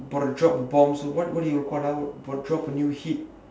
about to drop a bomb so what what would you call I would if I were to drop a new hit